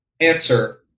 answer